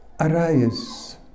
Arise